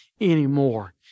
anymore